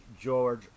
George